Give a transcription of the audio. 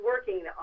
working